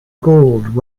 gold